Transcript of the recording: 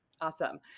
Awesome